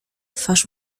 twarz